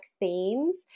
themes